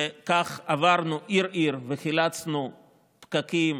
וכך עברנו עיר-עיר וחילצנו פקקים,